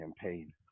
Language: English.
campaign